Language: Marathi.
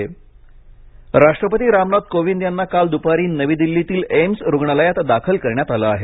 राष्टपती राष्ट्रपती रामनाथ कोविंद यांना काल दुपारी नवी दिल्लीतील एम्स रुग्णालयात दाखल करण्यात आलं आहे